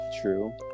true